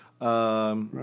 Right